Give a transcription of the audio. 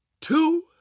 two